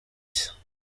cye